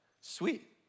sweet